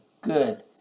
good